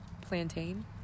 plantain